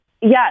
Yes